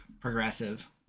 progressive